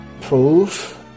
prove